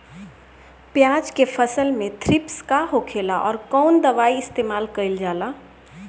प्याज के फसल में थ्रिप्स का होखेला और कउन दवाई इस्तेमाल कईल जाला?